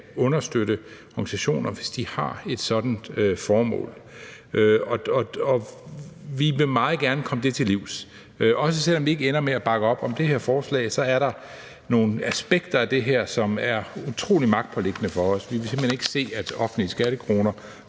skal understøtte organisationer, hvis de har et sådant formål, og vi vil meget gerne komme det til livs. Også selv om vi ikke kommer til at bakke op om det her forslag, så er der nogle aspekter af det her, som er utrolig magtpåliggende for os. Vi vil simpelt hen ikke se, at offentlige skattekroner